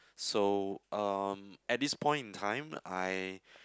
so um at this point in time I